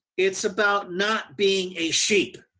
it's about not being a sheep.